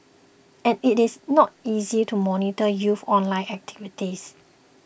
and it is not easy to monitor youth online activity